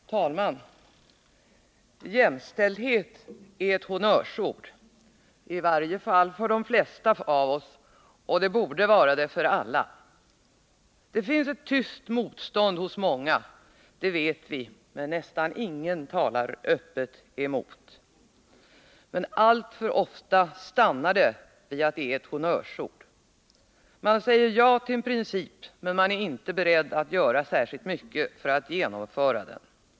Herr talman! Jämställdhet är ett honnörsord, i varje fall för de flesta av oss — och det borde vara det för oss alla. Det finns ett tyst motstånd hos många, det vet vi, men nästan ingen talar öppet emot. Men alltför ofta stannar det vid 167 att det är ett honnörsord. Man säger ja till en princip, men är inte beredd att göra särskilt mycket för att genomföra den.